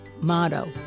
Motto